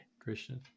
Christian